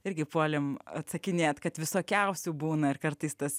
irgi puolėm atsakinėt kad visokiausių būna ir kartais tas